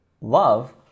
love